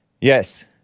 yes